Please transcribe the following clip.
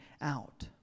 out